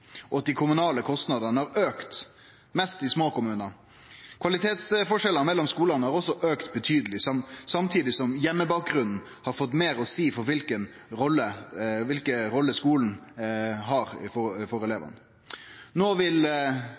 og at dei kommunale kostnadene har auka, mest i små kommunar. Kvalitetsforskjellane mellom skulane har også auka betydeleg, samtidig som heimebakgrunnen har fått meir å seie for kva rolle skulen har for elevane. No vil